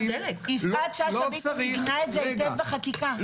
יפעת שאשא ביטון עיגנה את זה היטב בחקיקה.